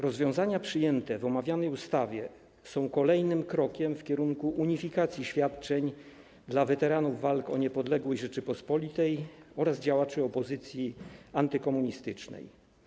Rozwiązania przyjęte w omawianej ustawie są kolejnym krokiem w kierunku unifikacji świadczeń dla weteranów walk o niepodległość Rzeczypospolitej oraz działaczy opozycji antykomunistycznej.